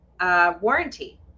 warranty